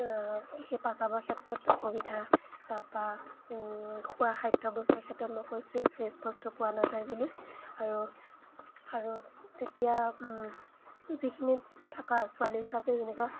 সেই প্ৰস্ৰাৱৰ ক্ষেত্ৰত অসুবিধা তাৰপৰা খোৱা খাদ্য বস্তুৰ ক্ষেত্ৰত মই কৈছোৱে ফ্ৰেছ বস্তু পোৱা নাযায় বুলি আৰু আৰু তেতিয়া যিখিনি থকা ছোৱালী হিচাপে যেনেকুৱা